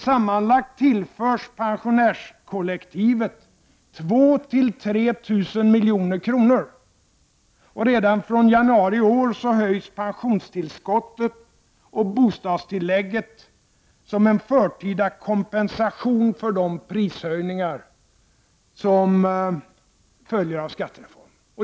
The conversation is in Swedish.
Sammanlagt tillförs pensionärskollektivet 2000—3 000 milj.kr. Redan från januari i år höjs pensionstillskottet och bostadstillägget som en förtida kompensation för de prishöjningar som följer av skattereformen.